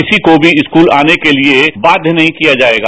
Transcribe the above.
किसी को भी स्कूल आने के लिए बाध्य नहीं किया जायेगा